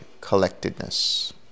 collectedness